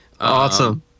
awesome